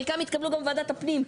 אבל חלקם התקבלו גם בוועדת הפנים.